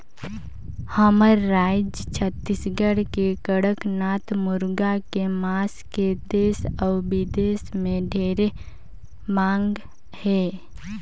हमर रायज छत्तीसगढ़ के कड़कनाथ मुरगा के मांस के देस अउ बिदेस में ढेरे मांग हे